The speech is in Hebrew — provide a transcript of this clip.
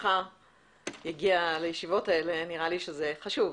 מחלפיך יגיע לישיבות האלה, נראה לי שזה חשוב.